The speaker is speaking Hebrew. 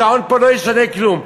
השעון פה לא ישנה כלום,